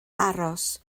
aros